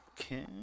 Okay